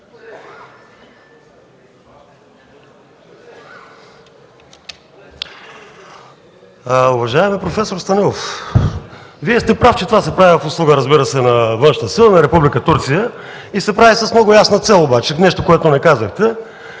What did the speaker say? Уважаеми проф. Станилов, Вие сте прав, че това се прави в услуга, разбира се, на външна сила, на Република Турция и се прави с много ясна цел обаче – нещо, което не казахте